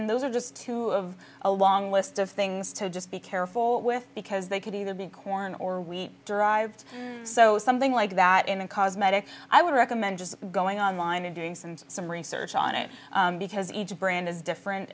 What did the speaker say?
maltodextrin those are just two of a long list of things to just be careful with because they could either be corn or wheat derived so something like that in cosmetics i would recommend just going on line and doing some some research on it because each brand is different